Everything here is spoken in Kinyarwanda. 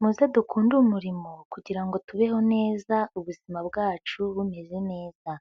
Muze dukunde umurimo kugira ngo tubeho neza ubuzima bwacu bumeze neza,